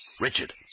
Richard